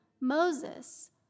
Moses